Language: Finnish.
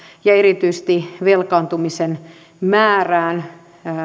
ja erityisesti velkaantumisen määrään